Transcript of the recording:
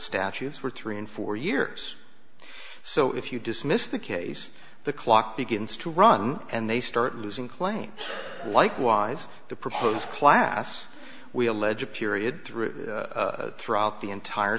statutes were three and four years so if you dismissed the case the clock begins to run and they start losing claims likewise the proposed class we allege a period through throughout the entire